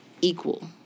equal